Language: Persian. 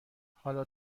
حالا